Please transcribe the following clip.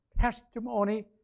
testimony